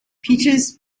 peaches